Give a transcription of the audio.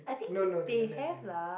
no no they don't have any